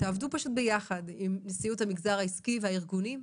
תעבדו ביחד עם נשיאות המגזר העסקי והארגונים האחרים,